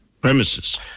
Premises